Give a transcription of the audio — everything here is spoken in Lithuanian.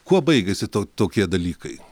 kuo baigiasi tuo tokie dalykai